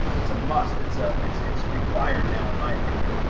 it's a must. it's a it's, it's required now, in my opinion.